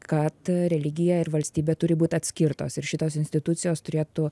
kad religija ir valstybė turi būt atskirtos ir šitos institucijos turėtų